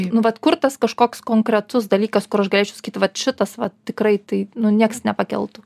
nu vat kur tas kažkoks konkretus dalykas kur aš galėčiau sakyt vat šitas vat tikrai tai nu niekas nepakeltų